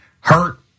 hurt